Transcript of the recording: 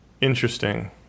Interesting